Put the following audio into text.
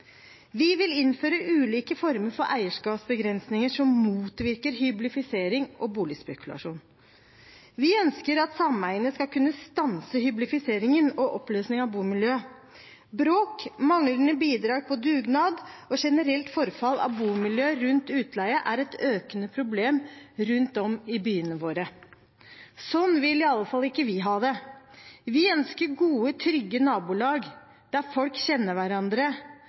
Vi vil innføre ulike former for eierskapsbegrensninger som motvirker hyblifisering og boligspekulasjon. Vi ønsker at sameiene skal kunne stanse hyblifiseringen og oppløsningen av bomiljø. Bråk, manglende bidrag på dugnad og generelt forfall av bomiljø rundt utleie er et økende problem i byene våre. Slik vil i alle fall ikke vi ha det. Vi ønsker gode, trygge nabolag, der folk kjenner hverandre,